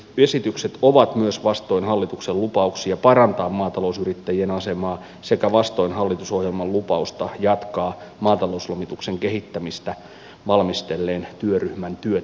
esitykset ovat myös vastoin hallituksen lupauksia parantaa maatalousyrittäjien asemaa sekä vastoin hallitusohjelman lupausta jatkaa maatalouslomituksen kehittämistä valmistelleen työryhmän työtä